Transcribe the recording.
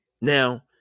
Now